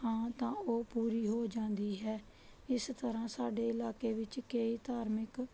ਹਾਂ ਤਾਂ ਉਹ ਪੂਰੀ ਹੋ ਜਾਂਦੀ ਹੈ ਇਸ ਤਰ੍ਹਾਂ ਸਾਡੇ ਇਲਾਕੇ ਵਿੱਚ ਕਈ ਧਾਰਮਿਕ